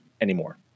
anymore